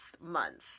month